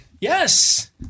yes